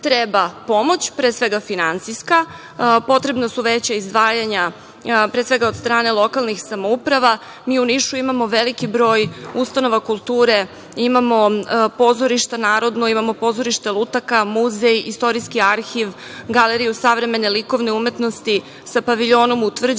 treba pomoć, pre svega finansijska. Potrebna su veća izdvajanja, pre svega, od strane lokalnih samouprava. Mi, u Nišu imamo veliki broj ustanova kulture. Imamo Narodno pozorište, imamo pozorište lutaka, muzej, Istorijski arhiv, Galeriju savremene likovne umetnosti sa paviljonom u tvrđavi,